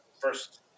first